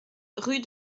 rue